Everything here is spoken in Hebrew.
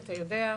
אתה יודע.